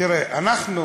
תראה, אנחנו